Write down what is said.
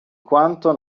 quanto